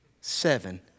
seven